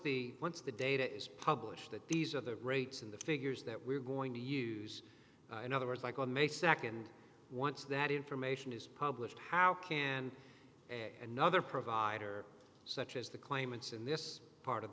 the once the data is published that these are the rates and the figures that we're going to use in other words like on may nd once that information is published how can another provider such as the claimants in this part of